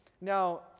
now